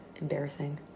embarrassing